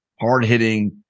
hard-hitting